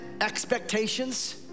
expectations